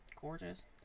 gorgeous